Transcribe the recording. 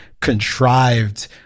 contrived